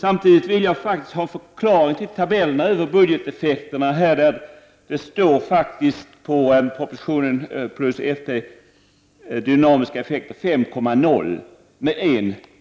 Samtidigt vill jag ha en förklaring till tabellerna över budgeteffekterna i propositionen, där det står att de dynamiska effekterna blir 5,0, med en decimal.